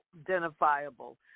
identifiable